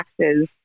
taxes